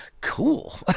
cool